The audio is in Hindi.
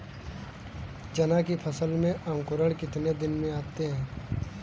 चना की फसल में अंकुरण कितने दिन में आते हैं?